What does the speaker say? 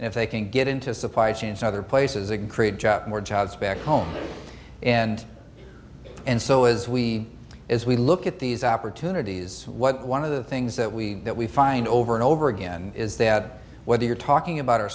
and if they can get into supply chains other places and create jobs more jobs back home and and so as we as we look at these opportunities one of the things that we that we find over and over again is that whether you're talking about o